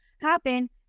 happen